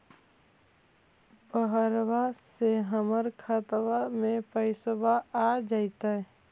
बहरबा से हमर खातबा में पैसाबा आ जैतय?